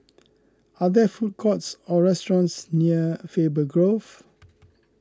are there food courts or restaurants near Faber Grove